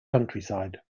countryside